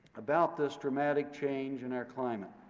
about this dramatic change in our climate?